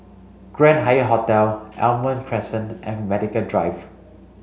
Grand Hyatt Hotel Almond Crescent and Medical Drive